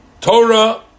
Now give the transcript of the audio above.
Torah